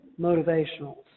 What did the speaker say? motivationals